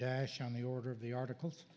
dash on the order of the articles